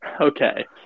Okay